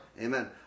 Amen